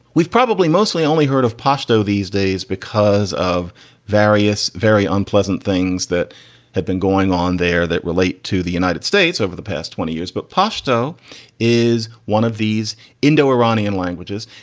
we've probably mostly only heard of pashto these days because of various very unpleasant things that have been going on there that relate to the united states over the past twenty years. but pashto is one of these indo iranian languages.